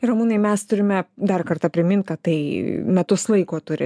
ramūnai mes turime dar kartą primint kad tai metus laiko turi